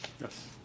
Yes